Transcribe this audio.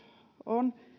on